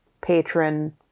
patron